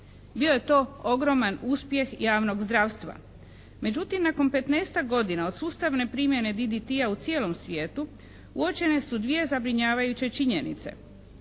Bio je to ogroman uspjeh javnog zdravstva. Međutim, nakon 15-ak godina od sustavne primjene DDT-a u cijelom svijetu uočene su 2 zabrinjavajuće činjenice.